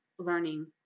learning